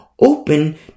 open